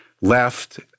Left